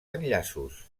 enllaços